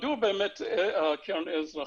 מדוע באמת הקרן לאזרחים,